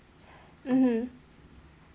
mmhmm